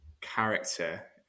character